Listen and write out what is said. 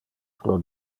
pro